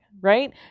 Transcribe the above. right